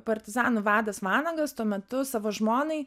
partizanų vadas vanagas tuo metu savo žmonai